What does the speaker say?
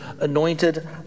anointed